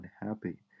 unhappy